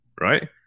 right